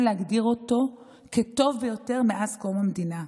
להגדיר אותו כטוב ביותר מאז קום המדינה,